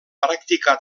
practicà